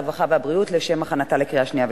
הרווחה והבריאות לשם הכנתה לקריאה שנייה ושלישית.